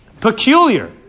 peculiar